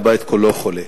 הבית כולו חולה.